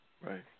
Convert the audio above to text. Right